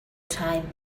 time